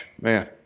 man